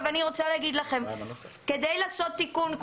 אני רוצה להגיד לכם שכדי לעשות תיקון,